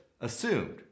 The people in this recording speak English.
assumed